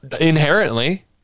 inherently